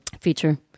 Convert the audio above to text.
Feature